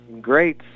great